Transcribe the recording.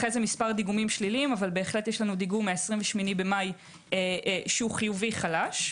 אחרי זה מספר דיגומים שליליים אבל יש לנו דיגום מ-28.5 שהוא חיובי חלש.